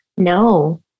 No